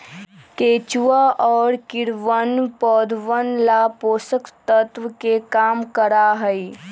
केचुआ और कीड़वन पौधवन ला पोषक तत्व के काम करा हई